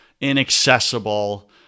inaccessible